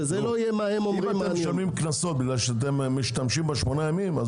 אם אתם אומרים שאתם משלמים קנסות כי אתם משתמשים ב-8 ימים,